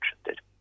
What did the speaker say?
interested